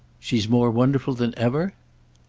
she's more wonderful than ever?